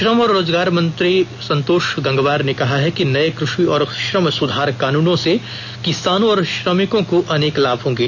श्रम और रोजगार मंत्री संतोष गंगवार ने कहा है कि नए कृषि और श्रम सुधार कानूनों से किसानों और श्रमिकों को अनेक लाभ होंगे